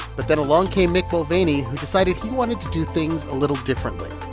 but then along came mick mulvaney, who decided he wanted to do things a little differently.